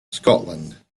scotland